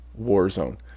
Warzone